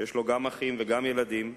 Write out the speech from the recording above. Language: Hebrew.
שיש לו גם אחים וגם ילדים,